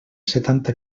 setanta